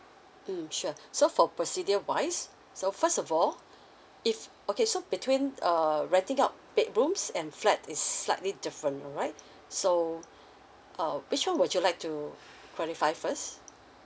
mm sure so for procedure wise so first of all if okay so between err renting out bedrooms and flat is slightly different alright so uh which one would you like to qualify first